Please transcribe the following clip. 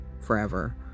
forever